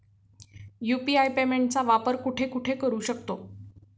UPI पेमेंटचा वापर कुठे कुठे करू शकतो?